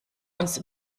uns